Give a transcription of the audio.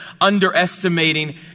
underestimating